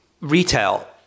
Retail